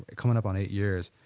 coming up on eight years.